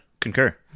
Concur